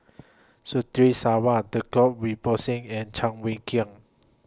Sarwan Djoko and Cheng Wai Keung